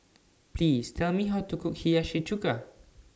Please Tell Me How to Cook Hiyashi Chuka